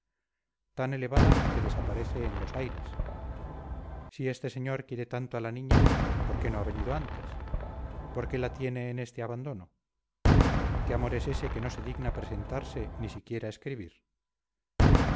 tan elevada que desaparece en los aires si este señor quiere tanto a la niña por qué no ha venido antes por qué la tiene en este abandono qué amor es ese que no se digna presentarse ni siquiera escribir